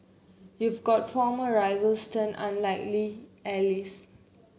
you've got former rivals turn unlikely